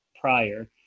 prior